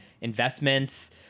Investments